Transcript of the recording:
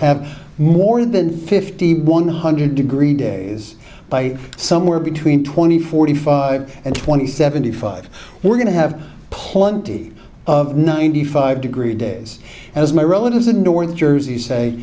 have more than fifty one hundred degree days by somewhere between twenty forty five and twenty seventy five we're going to have plenty of ninety five degree days as my relatives in north jersey say